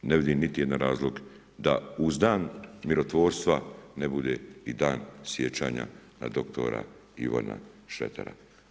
Ne vidim niti jedan razlog da uz dan mirotvorstva ne bude i dan sjećanja na dr. Ivana Šretera.